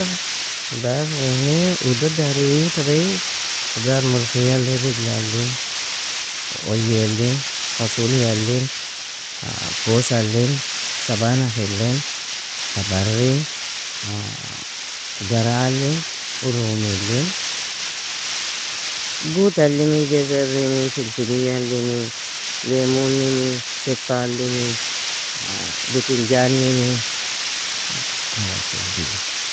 Khudar uni udu dari uuin kabaie khudar, mulkhiyali, rijlaliin, uyiealin, fasuliyalin, kosalin, sabanakhilin, tabarrin, garaalin, urumilin, gutalimi, jezerimi, filfiliyalimi, lemunimi, shitalimi, bitinjanimi, khalasili diyah.